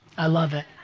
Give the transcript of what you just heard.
i love it.